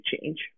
change